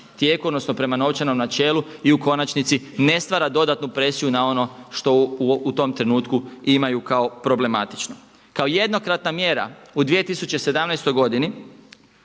tijeku odnosno prema novčanom načelu i u konačnici ne stvara dodatnu presiju na ono što u tom trenutku imaju kao problematiku. Kao jednokratna mjera u 2017. godini